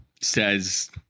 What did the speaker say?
says